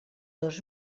dos